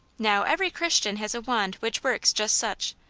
now, every christian has a wand which works just such,